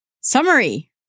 Summary